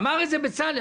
אמר את זה השר.